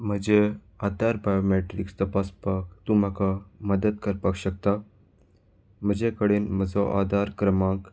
म्हजे आदार बायोमॅट्रिक्स तपासपाक तूं म्हाका मदत करपाक शकता म्हजे कडेन म्हजो आदार क्रमांक